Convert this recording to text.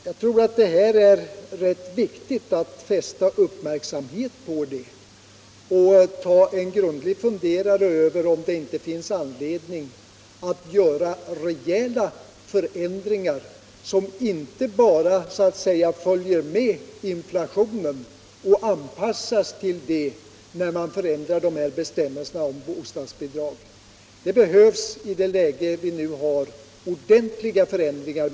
Jag tror att det är rätt viktigt att fästa uppmärksamheten på detta och ta en grundlig funderare över om det inte finns anledning att göra rejäla förändringar, som inte bara så att säga följer med inflationen så att bidragen anpassas efter den. I nuvarande läge behövs ordentliga förändringar.